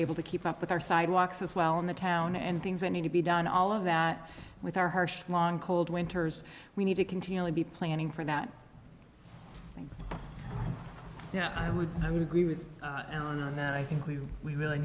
able to keep up with our sidewalks as well in the town and things that need to be done all of that with our harsh long cold winters we need to continually be planning for that you know i would i would agree with that i think we we really